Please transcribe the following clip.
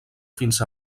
fins